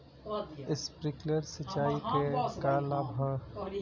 Sprinkler सिंचाई से का का लाभ ह?